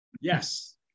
Yes